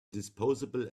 disposable